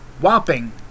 whopping